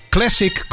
Classic